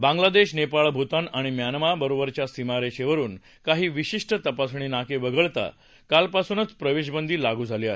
बांगलादेश नेपाळ भूतान आणि म्यानमा बरोबरच्या सीमारेषेवरुन काही विशिष्ट तपासणी नाके वगळता कालपासूनच प्रवेशबंदी लागू झाली आहे